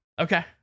Okay